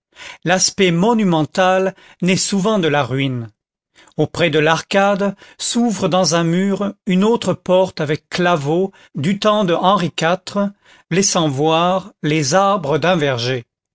l'aspect monumental naît souvent de la ruine auprès de l'arcade s'ouvre dans un mur une autre porte avec claveaux du temps de henri iv laissant voir les arbres d'un verger